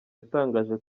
yatangaje